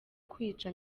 kwica